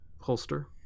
holster